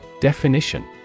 Definition